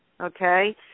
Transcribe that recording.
okay